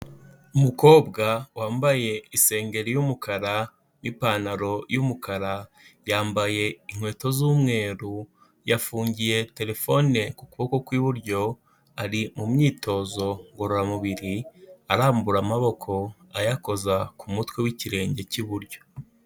Umukobwa wambaye isengeri y'umukara n'ipantaro y'umukara, yambaye inkweto z'umweru, yafungiye telefone ku kuboko kw'iburyo ari mu myitozo ngororamubiri arambura amaboko ayakoza ku mutwe w'ikirenge cy'iburyo.